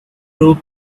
group